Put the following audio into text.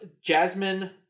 Jasmine